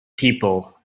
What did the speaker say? people